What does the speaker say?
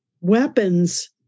weapons